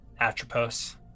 Atropos